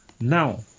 Now